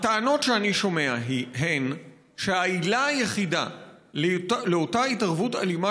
הטענות שאני שומע הן שהעילה היחידה לאותה התערבות אלימה